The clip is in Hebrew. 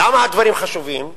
למה הדברים חשובים?